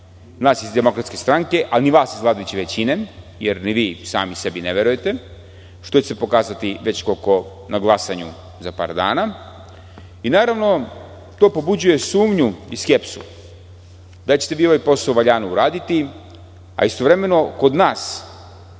nas iz DS, a ni vas iz vladajuće većine, jer ni vi sami sebi ne verujete, što će se pokazati već koliko na glasanju za par dana. Naravno, to pobuđuje sumnju i skepsu da ćete vi ovaj posao valjano uraditi, a istovremeno kod nas